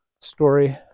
story